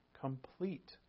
complete